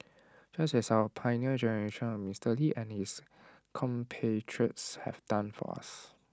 just as our Pioneer Generation of Mister lee and his compatriots have done for us